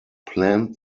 planned